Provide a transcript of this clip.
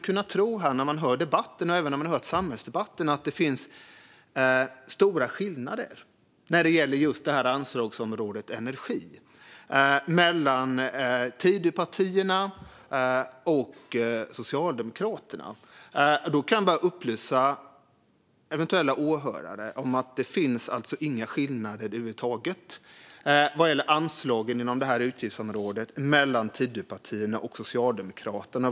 När man hör debatten här och även när man hör samhällsdebatten skulle man kunna tro att det finns stora skillnader när det gäller just anslagsområdet Energi mellan Tidöpartierna och Socialdemokraterna. Då kan jag bara upplysa eventuella åhörare om att det alltså inte finns några skillnader över huvud taget vad gäller anslagen inom detta utgiftsområde mellan Tidöpartierna och Socialdemokraterna.